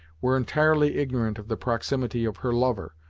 were entirely ignorant of the proximity of her lover,